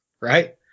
Right